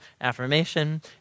affirmation